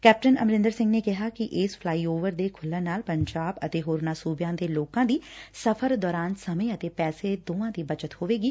captain Amarinder Singh ਨੇ ਕਿਹਾ ਕਿ ਇਸ ਫਲਾਈ ਓਵਰ ਦੇ ਖੁੱਲੁਣ ਨਾਲ ਪੰਜਾਬ ਅਤੇ ਹੋਰਨਾਂ ਸੁਬਿਆਂ ਦੇ ਲੋਕਾਂ ਦੀ ਸਫ਼ਰ ਦੌਰਾਨ ਸਮੇ ਅਤੇ ਪੈਸੇ ਦੀ ਬਚਤ ਹੋਵੇਗੀ